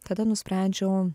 tada nusprendžiau